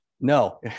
No